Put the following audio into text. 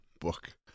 book